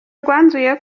rwanzuye